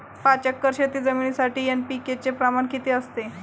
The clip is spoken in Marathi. पाच एकर शेतजमिनीसाठी एन.पी.के चे प्रमाण किती असते?